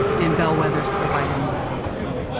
and bellwether's provided me that opportunity.